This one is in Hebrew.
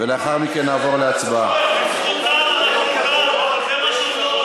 הצבא ששומר עליך.